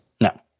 No